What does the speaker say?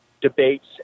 debates